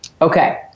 Okay